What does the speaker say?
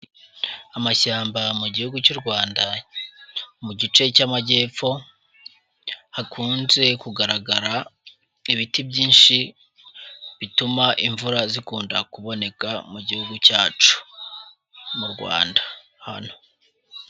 Amashyamba mu gihugu cy'u Rwanda, mu gice cy'Amajyepfo hakunze kugaragara ibiti byinshi, bituma imvura ikunda kuboneka mu gihugu cyacu, mu Rwanda hano.